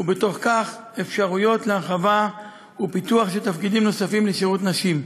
ובתוך כך אפשרויות להרחבה ופיתוח של תפקידים נוספים לשירות נשים,